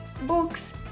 books